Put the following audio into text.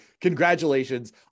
Congratulations